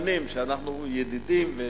שנים שאנחנו ידידים.